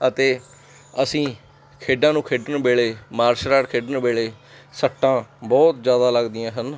ਅਤੇ ਅਸੀਂ ਖੇਡਾਂ ਨੂੰ ਖੇਡਣ ਵੇਲੇ ਮਾਰਸ਼ਲ ਆਰਟ ਖੇਡਣ ਵੇਲੇ ਸੱਟਾਂ ਬਹੁਤ ਜ਼ਿਆਦਾ ਲੱਗਦੀਆਂ ਹਨ